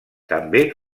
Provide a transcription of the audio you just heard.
també